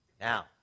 Now